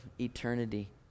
eternity